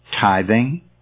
tithing